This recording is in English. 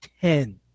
ten